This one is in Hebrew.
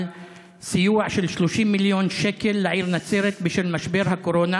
על סיוע של 30 מיליון שקל לעיר נצרת בשל משבר הקורונה.